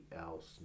else